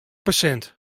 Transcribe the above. persint